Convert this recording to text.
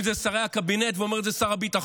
אומרים את זה שרי הקבינט, ואומר את זה שר הביטחון,